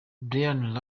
bryan